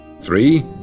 Three